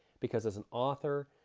because as an author,